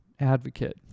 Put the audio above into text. advocate